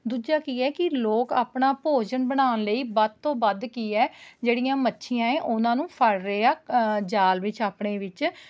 ਦੂਜਾ ਕੀ ਹੈ ਕਿ ਲੋਕ ਆਪਣਾ ਭੋਜਨ ਬਣਾਉਣ ਲਈ ਵੱਧ ਤੋਂ ਵੱਧ ਕੀ ਹੈ ਜਿਹੜੀਆਂ ਮੱਛੀਆਂ ਏ ਉਹਨਾਂ ਨੂੰ ਫੜ ਰਹੇ ਹੈ ਜਾਲ ਵਿੱਚ ਆਪਣੇ ਵਿੱਚ